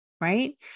right